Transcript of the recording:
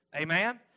Amen